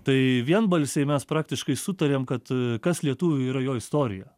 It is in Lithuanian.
tai vienbalsiai mes praktiškai sutarėm kad kas lietuviui yra jo istorija